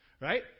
Right